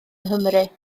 nghymru